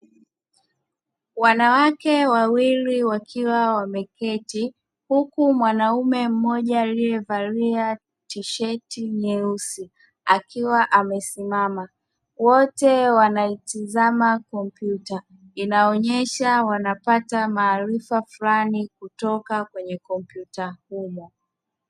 Wanawake wawili wakiwa wameketi, huku mwanamume mmoja aliyevalia tisheti nyeusi, akiwa amesimama wote wanaitazama kompyuta inayoonyesha wanapata maarifa fulani kutoka kwenye kompyuta humo.